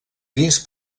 vins